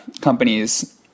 companies